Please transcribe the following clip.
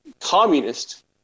communist